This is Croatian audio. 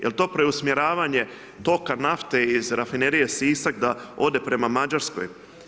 Jel to preusmjeravanje toka nafte iz Rafinerije Sisak da ode prema Mađarskoj?